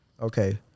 Okay